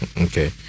Okay